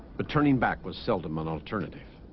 but turning back was seldom an alternative